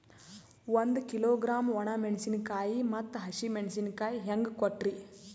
ಒಂದ ಕಿಲೋಗ್ರಾಂ, ಒಣ ಮೇಣಶೀಕಾಯಿ ಮತ್ತ ಹಸಿ ಮೇಣಶೀಕಾಯಿ ಹೆಂಗ ಕೊಟ್ರಿ?